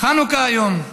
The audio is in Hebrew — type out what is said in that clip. חנוכה היום,